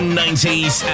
90s